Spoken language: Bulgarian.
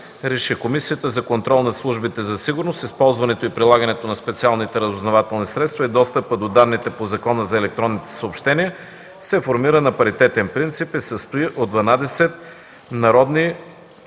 1. Комисията за контрол над службите за сигурност, използването и прилагането на специалните разузнавателни средства и достъпа до данните по Закона за електронните съобщения се формира на паритетен принцип и се състои от 12 народни